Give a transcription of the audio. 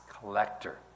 collector